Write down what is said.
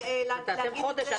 אתם מדברים חודש.